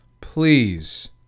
Please